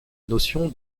notion